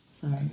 Sorry